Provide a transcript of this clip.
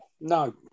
No